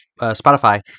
Spotify